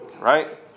right